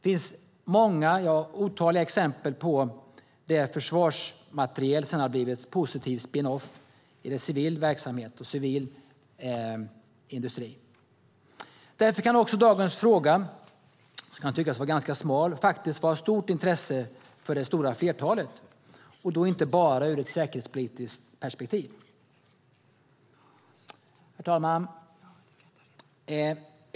Det finns otaliga exempel på försvarsmateriel som har gett positiv spinn off i civil verksamhet och civil industri. Därför kan också dagens fråga, som kan tyckas vara ganska smal, faktiskt vara av stort intresse för det stora flertalet, och då inte bara ur ett säkerhetspolitiskt perspektiv. Herr talman!